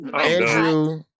Andrew